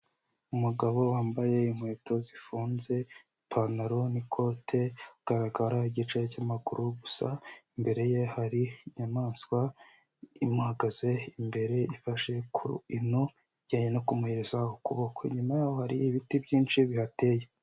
Umugabo wambaye inkweto zifunze ipantaro n'ikote agaragara igice cy'amaguru gusa, imbere ye hari inyamaswa imuhagaze imbere ifashe ku ino, ijyanye no kumuhereza ukuboko, inyuma y'aho hari ibiti byinshi bihateye.